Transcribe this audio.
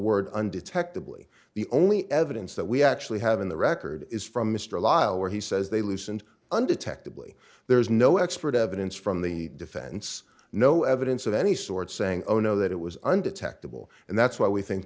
word undetectably the only evidence that we actually have in the record is from mr lyle where he says they loosened undetectably there's no expert evidence from the defense no evidence of any sort saying oh no that it was undetectable and that's why we think